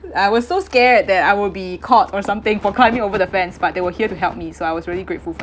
I was so scared that I will be caught or something for climbing over the fence but they were here to help me so I was really grateful for them